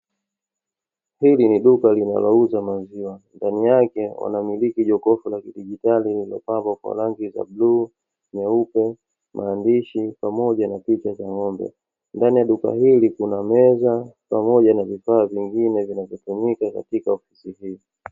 Hili ni duka linalouza maziwa. Ndani yake wanamiliki jokofu la kidigitali lionekanalo kwa rangi za bluu, nyeupe, maandishi pamoja na picha za ng'ombe. Ndani ya duka hili kuna meza, pamoja na vifaa vingine vinavyotumika katika ofisi hii.